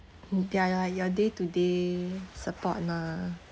mm ya ya your day to day support mah